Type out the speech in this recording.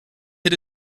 hit